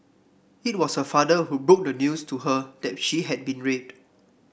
it was her father who broke the news to her that she had been raped